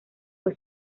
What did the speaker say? fue